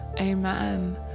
Amen